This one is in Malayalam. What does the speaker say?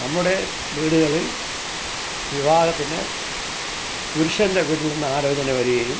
നമ്മുടെ വീടുകളിൽ വിവാഹത്തിന് പുരുഷൻ്റെ വീട്ടിൽ നിന്നു ആലോചന വരികയും